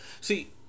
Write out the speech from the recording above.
See